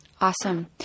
Awesome